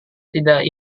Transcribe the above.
tidak